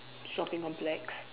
shopping complex